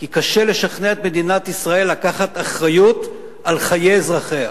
כי קשה לשכנע את מדינת ישראל לקחת אחריות על חיי אזרחיה,